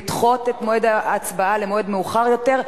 אני מחליטה לדחות את ההצבעה למועד מאוחר יותר,